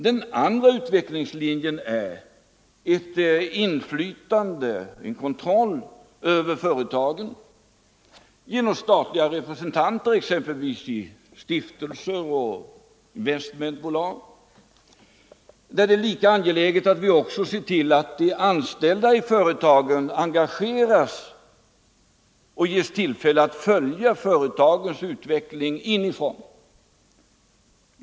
Den andra utvecklingslinjen är att utöva ett inflytande och en kontroll över företagen genom statliga representanter, exempelvis i stiftelser och investmentbolag. Det är då lika angeläget att se till att de anställda i företagen engageras och ges tillfälle att följa företagens utveckling inifrån.